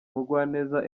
mugwaneza